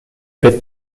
bêtes